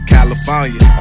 California